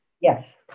Yes